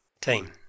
team